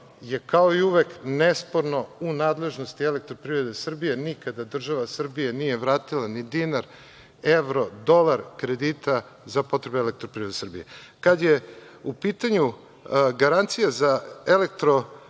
je kao i uvek nesporno u nadležnosti Elektroprivrede Srbije, nikada država Srbija nije vratila ni dinar, evro, dolar kredita za potrebe Elektroprivrede Srbije. Kada je u pitanju garancija za „Elektromrežu